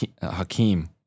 Hakeem